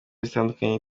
zitandukanye